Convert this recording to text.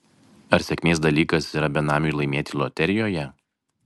ar sėkmės dalykas yra benamiui laimėti loterijoje